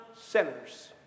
sinners